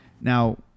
now